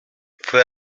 fue